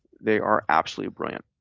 they are absolutely brilliant,